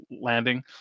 landing